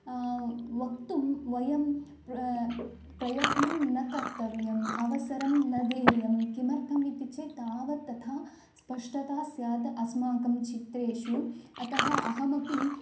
वक्तुं वयं प्र प्रयत्नं न कर्तव्यम् अवसरं न ध्येयं किमर्थम् इति चेत् तावत् तथा स्पष्टता स्यात् अस्माकं चित्रेषु अतः अहमपि